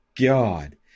God